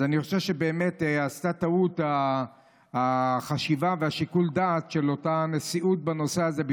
אז אני חושב שבאמת נעשתה טעות בחשיבה ושיקול הדעת של הנשיאות בנושא הזה,